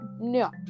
no